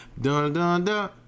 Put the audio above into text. Dun-dun-dun